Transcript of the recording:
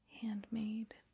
handmade